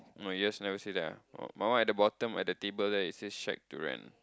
oh yes never see that ah mine one at the bottom at the table there it says shack durian